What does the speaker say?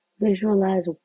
visualize